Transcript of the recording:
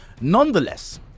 Nonetheless